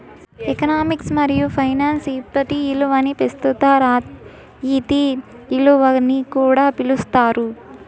economics మరియు finance ఇప్పటి ఇలువని పెస్తుత రాయితీ ఇలువని కూడా పిలిస్తారు